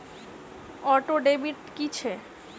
Auto debit की छैक?